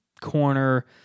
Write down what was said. corner